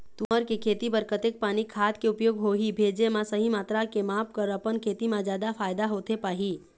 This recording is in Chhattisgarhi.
तुंहर के खेती बर कतेक पानी खाद के उपयोग होही भेजे मा सही मात्रा के माप कर अपन खेती मा जादा फायदा होथे पाही?